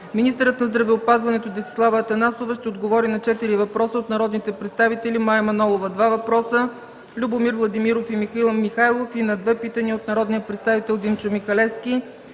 Министърът на здравеопазването Десислава Атанасова ще отговори на 4 въпроса от народните представители Мая Манолова – два въпроса, Любомир Владимиров, и Михаил Михайлов и на две питания от народния представител Димчо Михалевски.